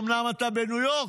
אומנם אתה בניו יורק,